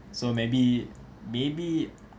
so maybe maybe